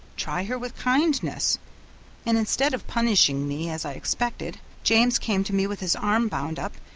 try her with kindness and instead of punishing me as i expected, james came to me with his arm bound up,